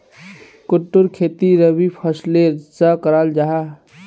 कुट्टूर खेती रबी फसलेर सा कराल जाहा